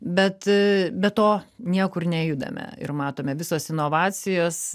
bet be to niekur nejudame ir matome visos inovacijos